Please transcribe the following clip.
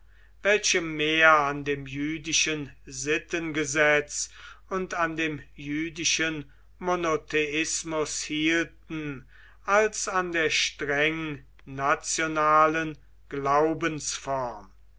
welche mehr an dem jüdischen sittengesetz und an dem jüdischen monotheismus hielten als an der streng